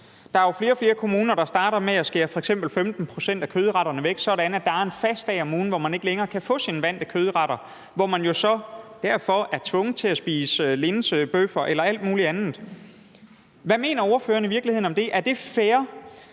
Der er jo flere og flere kommuner, der starter med at skære f.eks. 15 pct. af kødretterne væk, sådan at der er en fast dag om ugen, hvor man ikke længere kan få sine vante kødretter, og hvor man jo så derfor er tvunget til at spise linsebøffer eller alt muligt andet. Hvad mener ordføreren i virkeligheden om det? Er det fair?